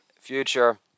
future